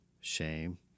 shame